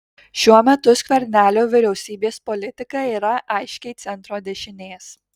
šiuo metu skvernelio vyriausybės politika yra aiškiai centro dešinės